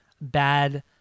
bad